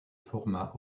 forma